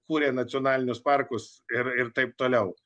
kūrė nacionalinius parkus ir ir taip toliau